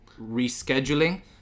rescheduling